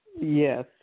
Yes